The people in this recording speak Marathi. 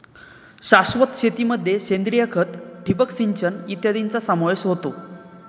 शाश्वत शेतीमध्ये सेंद्रिय खत, ठिबक सिंचन इत्यादींचा समावेश होतो